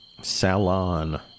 salon